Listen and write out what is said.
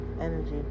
Energy